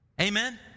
Amen